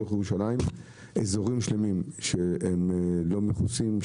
בתוך ירושלים אזורים שלמים שלא מכוסים,